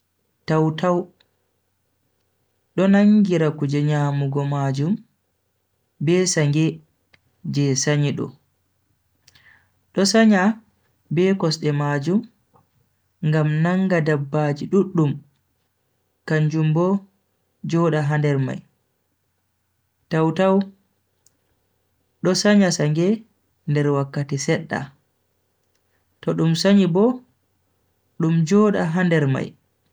Taw-taw do nangira kuje nyamugo majum be sange je sanyi do. Do sanya be kosde majum ngam nanga dabbaji duddum kanjum bo joda ha nder mai. Taw-taw do sanya sange nder wakkati sedda, to dum sanyi bo dum joda ha nder mai.